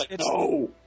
No